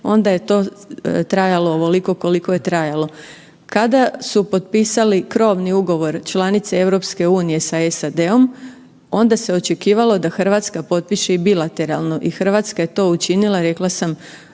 onda je to trajalo ovoliko koliko je trajalo. Kada su potpisali krovni ugovor članice EU sa SAD-om onda se očekivalo da RH potpiše i bilateralno i RH je to učinila, rekla sam